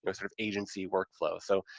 so sort of agency work flow. so,